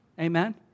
Amen